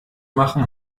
machen